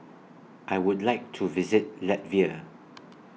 I Would like to visit Latvia